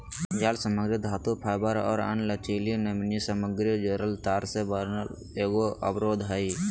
जालसामग्री धातुफाइबर और अन्य लचीली नमनीय सामग्री जोड़ल तार से बना एगो अवरोध हइ